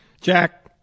Jack